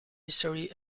history